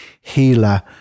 healer